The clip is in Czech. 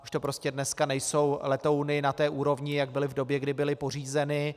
Už to prostě dneska nejsou letouny na té úrovni, jak byly v době, kdy byly pořízeny.